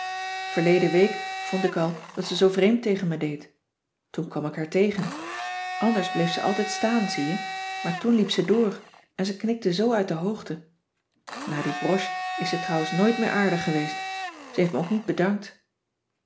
verleden week vond ik al dat ze zoo vreemd tegen me deed toen kwam ik haar tegen anders bleef ze altijd staan zie je maar toen liep ze door en ze knikte zoo uit de hoogte na die broche is ze trouwens nooit meer aardig geweest ze heeft me ook niet bedankt